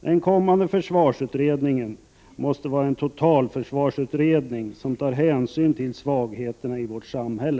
Den kommande försvarsutredningen måste vara en totalförsvarsutredning som tar hänsyn till svagheterna i vårt samhälle.